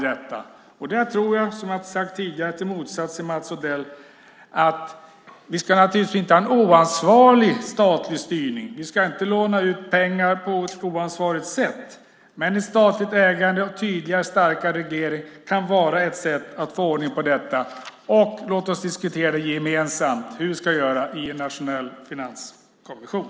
Där tror jag, som jag sagt tidigare, i motsats till Mats Odell - vi ska naturligtvis inte ha en oansvarig statlig styrning, vi ska inte låna ut pengar på ett oansvarigt sätt - att ett statligt ägande och en stark och tydlig reglering kan vara ett sätt att få ordning på detta. Låt oss diskutera gemensamt hur vi ska göra i en internationell finanskommission.